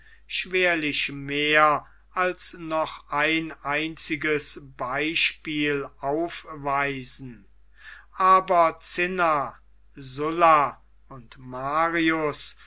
schwerlich mehr als noch ein einziges beispiel aufweisen aber cinna sulla und marius